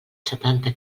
setanta